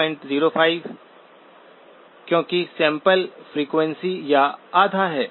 2205 क्योंकि sample frequency का आधा हैं